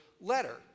letter